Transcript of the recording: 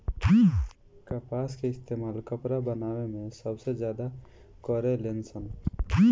कपास के इस्तेमाल कपड़ा बनावे मे सबसे ज्यादा करे लेन सन